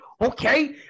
Okay